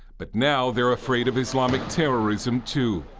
but now they're afraid of islamic terrorism, too.